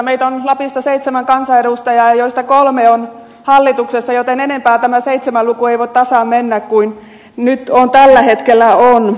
meitä on lapista seitsemän kansanedustajaa joista kolme on hallituksessa joten enempää tämä luku seitsemän ei voi tasan mennä kuin tällä hetkellä on